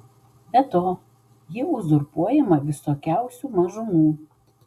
be to ji uzurpuojama visokiausių mažumų